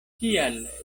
kial